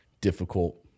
difficult